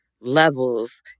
levels